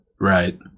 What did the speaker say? Right